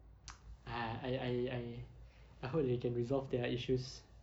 ah I I I I hope that they can resolve their issues